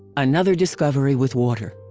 another discovery with water.